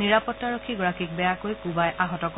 নিৰাপত্তাৰক্ষী গৰাকীক বেয়াকৈ কোবাই আহত কৰে